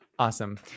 Awesome